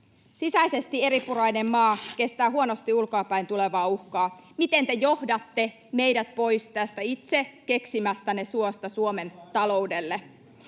Sisäisesti eripurainen maa kestää huonosti ulkoapäin tulevaa uhkaa. Miten te johdatte meidät pois tästä itse keksimästänne suosta Suomen taloudelle?